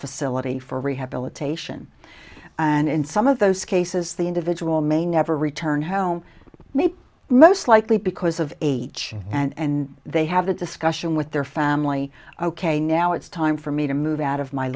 facility for rehabilitation and in some of those cases the individual may never return home maybe most likely because of age and they have a discussion with their family ok now it's time for me to move out of my